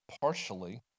partially